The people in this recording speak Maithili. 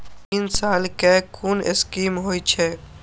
तीन साल कै कुन स्कीम होय छै?